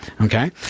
Okay